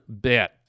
bit